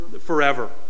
forever